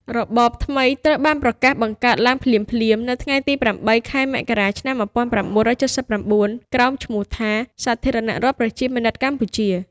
របបថ្មីត្រូវបានប្រកាសបង្កើតឡើងភ្លាមៗនៅថ្ងៃទី ៨ ខែមករា ឆ្នាំ ១៩៧៩ ក្រោមឈ្មោះថា "សាធារណរដ្ឋប្រជាមានិតកម្ពុជា"។